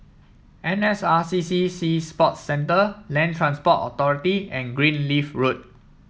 N S R C C Sea Sports Centre Land Transport Authority and Greenleaf Road